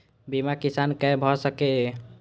बीमा किसान कै भ सके ये?